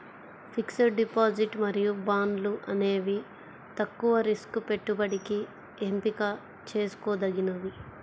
fixed deposit మరియు బాండ్లు అనేవి తక్కువ రిస్క్ పెట్టుబడికి ఎంపిక చేసుకోదగినవి